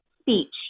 speech